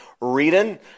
Reading